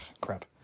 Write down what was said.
crap